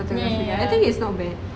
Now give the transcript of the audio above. photography I think he's not bad